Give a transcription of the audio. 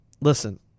listen